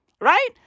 Right